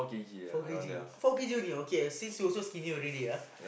four K_G four K_G only okay since you so skinny already ah